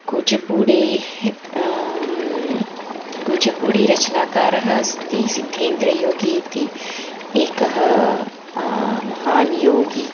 कूचपूडेः कूचपुडिरचनाकारः अस्ति सिद्धेन्द्रयोगी इति एकः महान् योगी